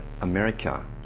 America